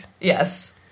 Yes